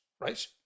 right